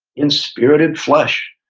in spirited flesh.